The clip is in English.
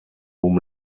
whom